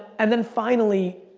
and then finally,